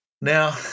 Now